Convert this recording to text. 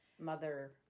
Mother